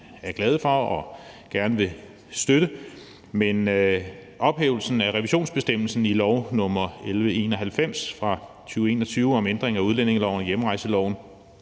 er glade for og gerne vil støtte, men ophævelsen af revisionsbestemmelsen i lov nr. 1191 fra 2021 om ændring af udlændingeloven og hjemrejseloven,